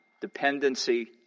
dependency